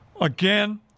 Again